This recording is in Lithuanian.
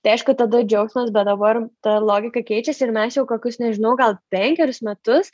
tai aišku tada džiaugsmas bet dabar ta logika keičiasi ir mes jau kokius nežinau gal penkerius metus